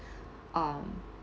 um